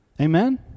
Amen